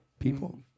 People